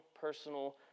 personal